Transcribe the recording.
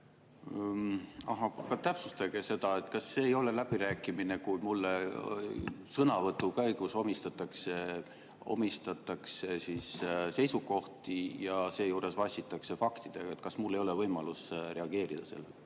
Aga täpsustage seda: kas see ei ole läbirääkimine, kui mulle sõnavõtu käigus omistatakse seisukohti ja seejuures vassitakse faktidega? Kas mul ei ole võimalust reageerida sellele?